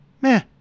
meh